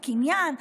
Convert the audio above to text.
הקניין,